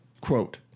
quote